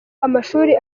amashuri